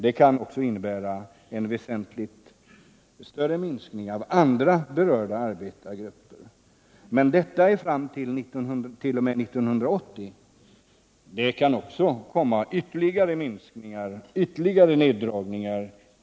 Det kan bli en väsentligt större minskning av andra berörda arbetargrupper. Det kan också bli ytterligare neddragningar efter 1980.